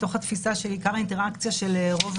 מתוך התפיסה שעיקר האינטראקציה של רוב